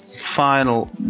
final